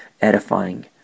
edifying